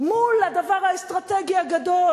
מול הדבר האסטרטגי הגדול